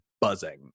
buzzing